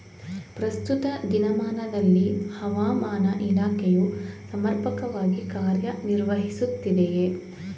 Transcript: ಪ್ರಸ್ತುತ ದಿನಮಾನದಲ್ಲಿ ಹವಾಮಾನ ಇಲಾಖೆಯು ಸಮರ್ಪಕವಾಗಿ ಕಾರ್ಯ ನಿರ್ವಹಿಸುತ್ತಿದೆಯೇ?